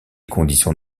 conditions